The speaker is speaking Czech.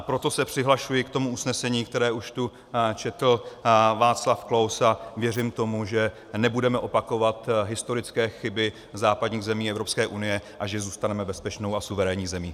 Proto se přihlašuji k tomu usnesení, které tu už četl Václav Klaus, a věřím tomu, že nebudeme opakovat historické chyby západních zemí Evropské unie a že zůstaneme bezpečnou a suverénní zemí.